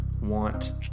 want